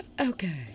Okay